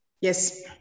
yes